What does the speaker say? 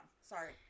Sorry